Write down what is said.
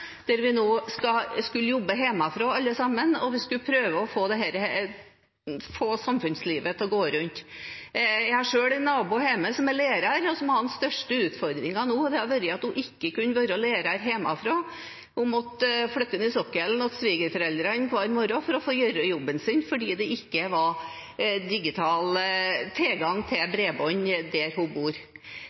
vi nå skal jobbe hjemmefra, alle sammen, og prøve å få samfunnslivet til å gå rundt. Jeg har selv en nabo hjemme som er lærer. Den største utfordringen for henne var at hun ikke kunne være lærer hjemmefra – hun måtte flytte inn i sokkelen hos svigerforeldrene hver morgen for å gjøre jobben sin fordi det ikke var digital tilgang til bredbånd der hun bor.